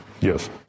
Yes